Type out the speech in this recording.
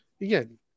Again